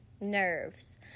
nerves